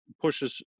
pushes